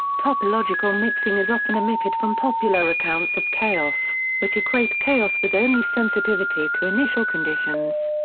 topological mixing is often omitted from popular accounts of chaos, which equate chaos with only sensitivity to initial conditions.